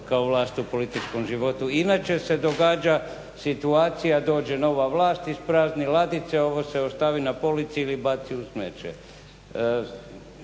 kao vlast u političkom životu. Inače se događa situacija dođe nova vlast, isprazni ladice, ovo se ostavi na polici ili baci u smeće.